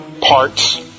parts